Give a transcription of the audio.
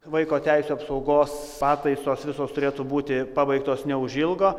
vaiko teisių apsaugos pataisos visos turėtų būti pabaigtos neužilgo